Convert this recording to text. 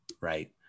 right